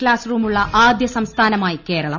ക്സാസ്റൂമുള്ള ആദ്യ സംസ്ഥാനമായി കേരളം